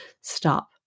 stop